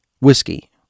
Whiskey